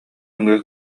нөҥүө